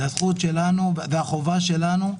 זה הזכות שלנו והחובה שלנו,